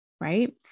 right